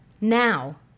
Now